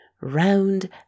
round